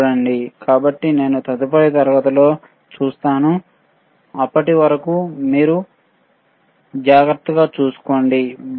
కాబట్టి నేను తదుపరి తరగతిలో కలుస్తాను అప్పటి వరకు మీరు జాగ్రత్తగా ఉండండి బై